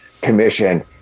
commission